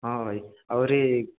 ହଁ ଭାଇ ଆହୁରି